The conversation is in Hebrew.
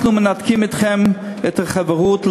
אנחנו מנתקים אתכם את החברות.